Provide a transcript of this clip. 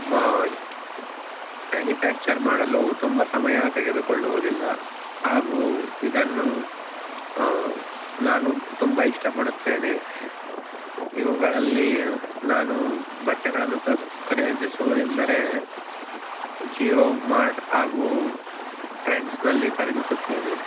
ಮಾ ಮ್ಯಾನುಫ್ಯಾಕ್ಚರ್ ಮಾಡಲು ತುಂಬ ಸಮಯ ತೆಗೆದುಕೊಳ್ಳುವುದಿಲ್ಲ ಹಾಗೂ ಇದನ್ನು ನಾನು ತುಂಬ ಇಷ್ಟಪಡುತ್ತೇನೆ ಇವುಗಳಲ್ಲಿ ನಾನು ಬಟ್ಟೆಗಳನ್ನು ಖರೀದಿಸುವುದೆಂದರೆ ಜಿಯೋ ಮಾರ್ಟ್ ಹಾಗೂ ಟ್ರೆಂಡ್ಸ್ನಲ್ಲಿ ಖರೀದಿಸುತ್ತೇನೆ